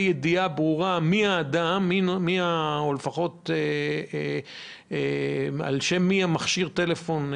בידיעה ברורה מי האדם או לפחות על שם מי רשום מכשיר הטלפון,